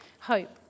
hope